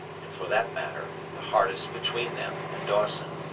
and for that matter, the hardest between them and dawson.